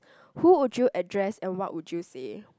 who would you address and what would you say